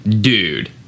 dude